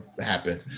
happen